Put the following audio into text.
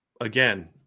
again